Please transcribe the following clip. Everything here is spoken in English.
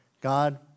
God